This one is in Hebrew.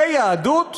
זה יהדות?